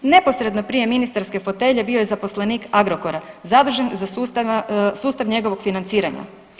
Neposredno prije ministarske fotelje bio je zaposlenik Agrokora, zadužen za sustav njegovog financiranja.